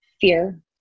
fear